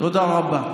תודה רבה.